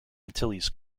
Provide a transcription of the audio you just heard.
antilles